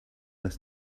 less